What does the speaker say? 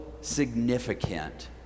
significant